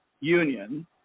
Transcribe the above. Union